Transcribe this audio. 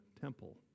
temple